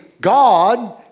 God